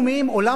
עולם התורה,